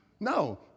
No